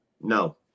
No